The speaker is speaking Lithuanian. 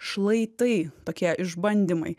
šlaitai tokie išbandymai